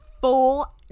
full